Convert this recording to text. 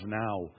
now